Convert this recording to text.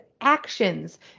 actions